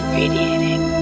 radiating